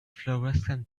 florescent